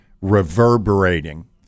reverberating